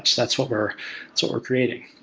that's what we're so we're creating.